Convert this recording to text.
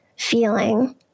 feeling